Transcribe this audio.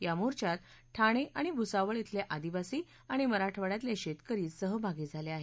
या मोर्चात ठाणे आणि भुसावळ शिले आदिवासी आणि मराठवाङ्यातले शेतकरी सहभागी झाले आहेत